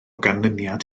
ganlyniad